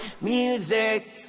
music